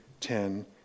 ten